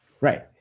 Right